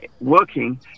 working